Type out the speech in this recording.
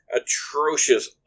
atrocious